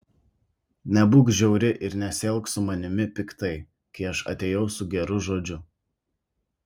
nebūk žiauri ir nesielk su manimi piktai kai aš atėjau su geru žodžiu